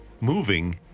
moving